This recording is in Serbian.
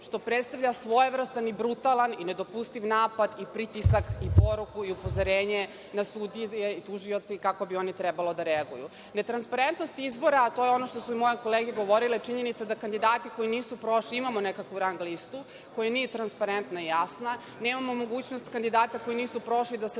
što predstavlja svojevrstan i brutalan i nedopustiv napad i pritisak i poruku i upozorenje na sudije, tužioce kako bi oni trebali da reaguju. Netransparentnost izbora, a to je ono o čemu su i moje kolege govorile, je činjenica da kandidati koji nisu prošli, a imamo nekakvu rang listu, koja nije transparentna niti jasna. Nemamo mogućnost kandidata koji nisu prošli da se